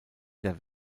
der